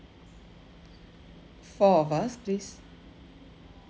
four of us please